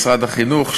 משרד החינוך,